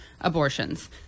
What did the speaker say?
abortions